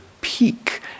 peak